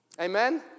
Amen